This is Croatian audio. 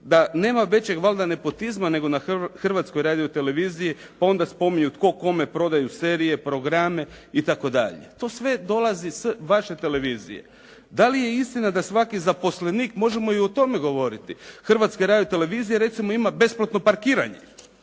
da nema većeg valjda nepotizma nego na Hrvatskoj radioteleviziji. Onda spominju tko kome prodaju serije, programe itd. to sve dolazi s vaše televizije. Dali je istina da svaki zaposlenik, možemo i o tome govoriti. Hrvatska radiotelevizija recimo ima besplatno parkiranje.